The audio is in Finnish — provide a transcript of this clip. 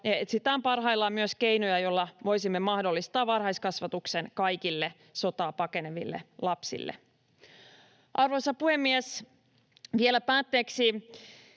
etsitään parhaillaan keinoja, joilla voisimme mahdollistaa varhaiskasvatuksen kaikille sotaa pakeneville lapsille. Arvoisa puhemies! Vielä päätteeksi: